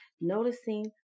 noticing